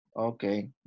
Okay